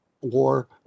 war